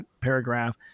paragraph